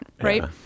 Right